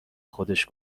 خودش